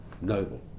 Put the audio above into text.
noble